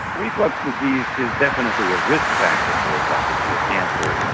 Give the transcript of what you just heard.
reflux disease is definitely a risk factor for oesophageal cancer,